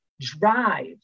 drive